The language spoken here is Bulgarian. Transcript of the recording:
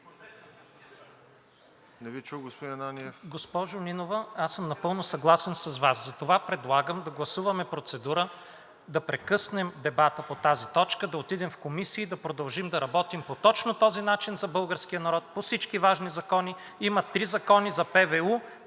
Промяната): Госпожо Нинова, аз съм напълно съгласен с Вас, затова предлагам да гласуваме процедура да прекъснем дебата по тази точка, да отидем в комисии, да продължим да работим точно по този начин за българския народ по всички важни закони. Има три закона за ПВУ,